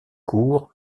court